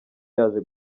yaje